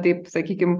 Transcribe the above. taip sakykim